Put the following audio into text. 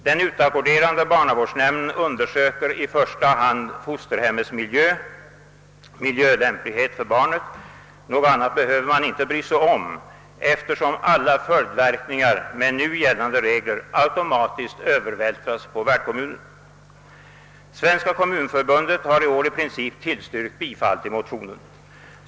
Den =: utackorderande <barnavårdsnämnden undersöker i första hand fosterhemmets miljölämplighet för barnet. Något annat behöver man inte bry sig om, eftersom alla följdverkningar enligt nu gällande regler automatiskt övervältras på värdkommunen. Svenska kommunförbundet har i år i princip tillstyrkt motionsyrkandet.